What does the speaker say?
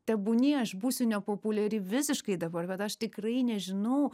tebūnie aš būsiu nepopuliari visiškai dabar bet aš tikrai nežinau